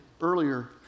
earlier